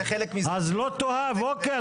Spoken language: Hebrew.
בסדר, --- אז לא תאהב, אוקיי.